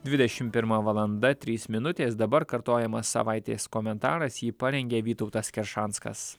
dvidešimt pirma valanda trys minutės dabar kartojamas savaitės komentaras jį parengė vytautas keršanskas